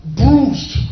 bruised